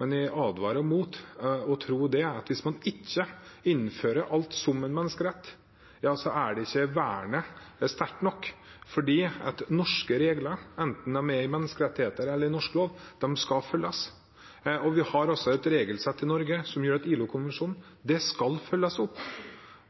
men jeg advarer mot å tro at hvis man ikke innfører alt som en menneskerett, er ikke vernet sterkt nok. Norske regler, enten de er menneskerettigheter eller norsk lov, skal følges, og vi har også et regelsett i Norge som gjør at ILO-konvensjonene skal følges opp.